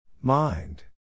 Mind